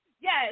Yes